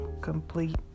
complete